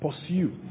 pursue